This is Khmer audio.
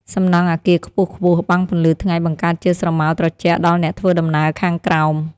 សំណង់អគារខ្ពស់ៗបាំងពន្លឺថ្ងៃបង្កើតជាស្រមោលត្រជាក់ដល់អ្នកធ្វើដំណើរខាងក្រោម។